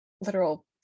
literal